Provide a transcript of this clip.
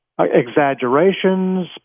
Exaggerations